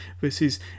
versus